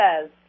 says